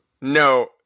No